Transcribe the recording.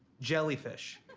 jellyfish.